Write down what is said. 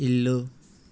ఇల్లు